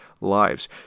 lives